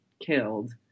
killed